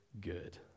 good